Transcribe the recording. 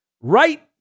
Right